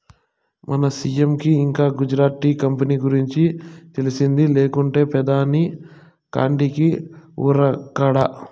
మన సీ.ఎం కి ఇంకా గుజరాత్ టీ కంపెనీ గురించి తెలిసింది లేకుంటే పెదాని కాడికి ఉరకడా